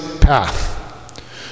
path